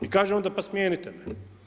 I kaže onda, pa smijenite me.